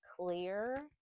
clear